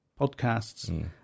podcasts